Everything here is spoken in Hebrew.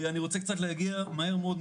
אני רוצה קצת להגיע מהר מאוד,